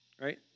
right